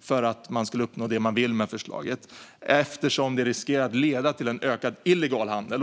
för att man skulle uppnå det som man vill med förslaget och eftersom det riskerar att leda till en ökad illegal handel.